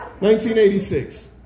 1986